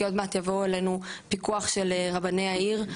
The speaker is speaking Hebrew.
כי עוד מעט יבואו אלינו פיקוח של רבני העיר,